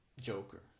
Joker